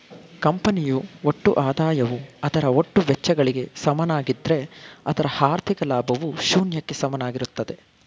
ಕಂಪನಿಯು ಒಟ್ಟು ಆದಾಯವು ಅದರ ಒಟ್ಟು ವೆಚ್ಚಗಳಿಗೆ ಸಮನಾಗಿದ್ದ್ರೆ ಅದರ ಹಾಥಿ೯ಕ ಲಾಭವು ಶೂನ್ಯಕ್ಕೆ ಸಮನಾಗಿರುತ್ತದೆ